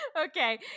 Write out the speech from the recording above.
Okay